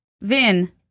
Vin